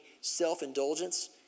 self-indulgence